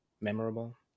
memorable